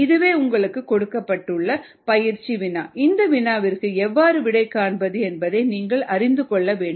இதுவே உங்களுக்கு கொடுக்கப்பட்ட பயிற்சி வினா இந்த வினாவிற்கு எவ்வாறு விடை காண்பது என்பதை நீங்கள் அறிந்து கொள்ள வேண்டும்